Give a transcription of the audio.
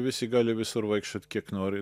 visi gali visur vaikščiot kiek nori